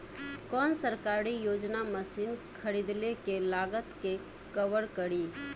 कौन सरकारी योजना मशीन खरीदले के लागत के कवर करीं?